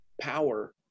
power—